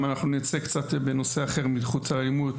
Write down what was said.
נצא קצת בנושא אחר מחוץ לאלימות.